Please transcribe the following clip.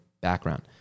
background